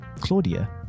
Claudia